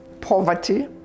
poverty